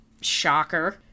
Shocker